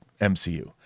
MCU